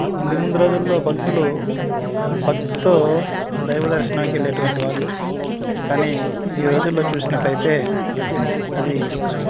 ఇంతకు ముందు రోజుల్లో భక్తులు భక్తితో దైవ దర్శనానికి వెళ్ళే అటువంటి వాళ్ళు కానీ ఈ రోజుల్లో చూసినట్లు అయితే అది